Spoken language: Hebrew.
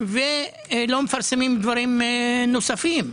ולא מפרסמים דברים נוספים.